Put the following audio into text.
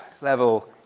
level